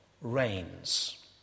reigns